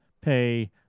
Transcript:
pay